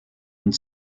und